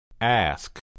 Ask